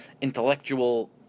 intellectual